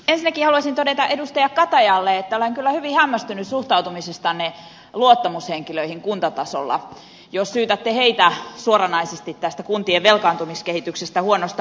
ensinnäkin haluaisin todeta edustaja katajalle että olen kyllä hyvin hämmästynyt suhtautumisestanne luottamushenkilöihin kuntatasolla jos syytätte heitä suoranaisesti tästä kuntien velkaantumiskehityksestä huonosta hallinnosta